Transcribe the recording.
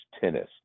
tennis